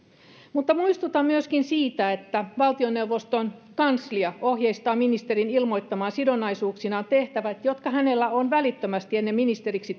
mutta muistutan myöskin siitä että valtioneuvoston kanslia ohjeistaa ministerin ilmoittamaan sidonnaisuuksinaan tehtävät jotka hänellä on välittömästi ennen ministeriksi